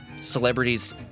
Celebrities